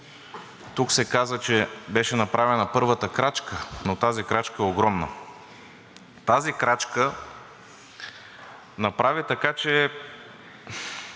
Тук се каза, че беше направена първата крачка, но тази крачка е огромна. Тази крачка направи така, че